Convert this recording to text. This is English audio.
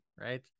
right